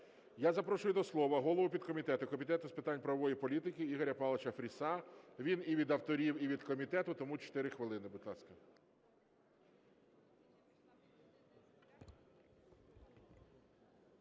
Я запрошую до слова голову підкомітету Комітету з питань правової політики Ігоря Павловича Фріса. Він і від авторів, і від комітету, тому 4 хвилини, будь ласка.